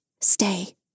Stay